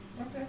Okay